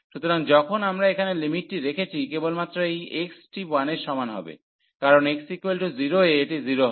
সুতরাং যখন আমরা এখানে লিমিটটি রেখেছি কেবলমাত্র এই x টি 1 এর সমান হবে কারণ x 0 এ এটি 0 হবে